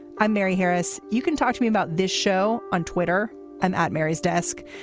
i'm mary harris. you can talk to me about this show on twitter and at mary's desk.